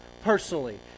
personally